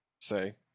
say